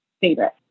favorite